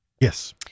yes